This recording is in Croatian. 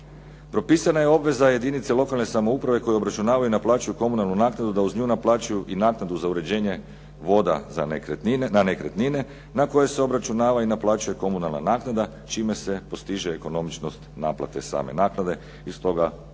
Propisana je obveza jedinice lokalne samouprave koji obračunavaju i naplaćuju komunalnu naknadu da uz nju naplaćuju i naknadu za uređenje vode za nekretnine za koje se plaća i obračunava komunalna naknada čime se postiže ekonomičnost naplate same naknade iz toga zapravo